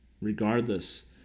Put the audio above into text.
regardless